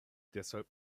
deshalb